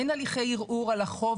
אין הליכי ערעור על החוב,